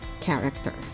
character